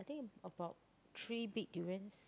think about three big durians